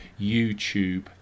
YouTube